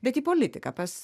bet į politiką pas